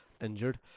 injured